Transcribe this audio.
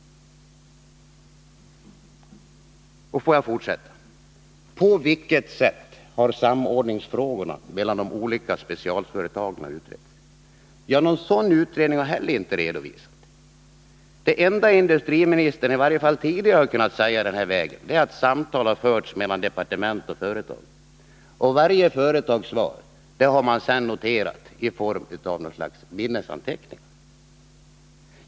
Och får jag fortsätta: På vilket sätt har samordningsfrågorna mellan de olika specialstålsföretagen utretts? Någon sådan utredning har heller inte redovisats. Det enda industriministern, i varje fall tidigare, har kunnat säga i den vägen är att samtal har förts mellan departement och företag och att varje företags svar redan har noterats i form av något slags minnesanteckningar.